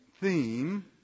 theme